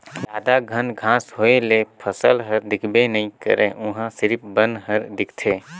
जादा घन घांस होए ले फसल हर दिखबे नइ करे उहां सिरिफ बन हर दिखथे